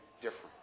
different